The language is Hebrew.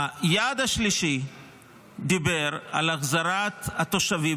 --- היעד השלישי דיבר על החזרת התושבים